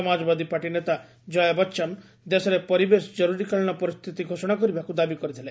Samajwadi party ନେତା ଜୟାବଚ୍ଚନ ଦେଶରେ ପରିବେଶ ଜରୁରୀକାଳୀନ ପରିସ୍ଥିତି ଘୋଷଣା କରିବାକୁ ଦାବି କରିଥିଲେ